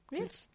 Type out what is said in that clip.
Yes